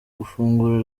gufungura